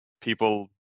people